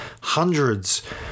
hundreds